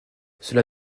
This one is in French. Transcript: cela